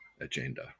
agenda